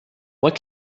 what